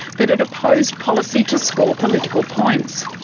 that it opposed policy to score political points.